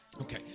Okay